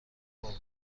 بالکن